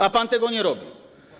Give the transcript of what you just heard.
A pan tego nie robi.